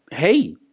hey,